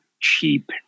cheap